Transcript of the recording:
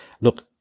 look